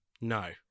no